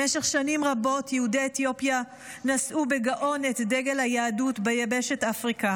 במשך שנים רבות יהודי אתיופיה נשאו בגאון את דגל היהדות ביבשת אפריקה.